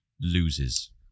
loses